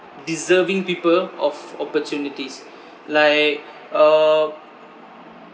deserving people of opportunities like uh